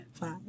Five